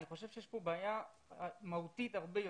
אני חושב שיש פה בעיה מהותית הרבה יותר.